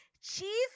Chief